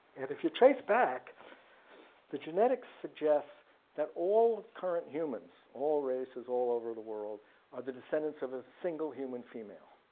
and if you trace back the genetics suggest that all current humans, all races all over the world are the descendants of a single human female.